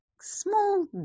small